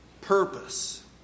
purpose